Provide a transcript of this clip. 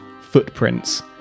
footprints